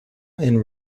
and